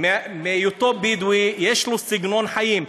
מהיותו בדואי, יש לו סגנון חיים.